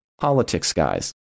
politicsguys